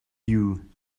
you